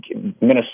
Minnesota